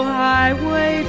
highway